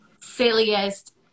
silliest